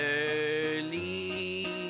early